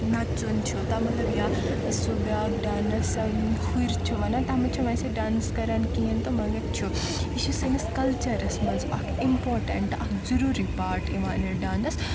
نژُن چھُ تا مطلب یا سُہ بیٚاکھ ڈانٕس ہُرۍ چھ ونان تتھ منٛز چھِ نہٕ ویسے ڈانٕس کَران کہیٖنۍ تہٕ مگر چھُ یہِ چھُ سٲنس کلچرس منٛز اکھ امپاٹنٹ اکھ ضروٗری پاٹ یِوان یہِ ڈانٕس